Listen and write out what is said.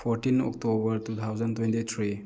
fourteen October two thousand twenty three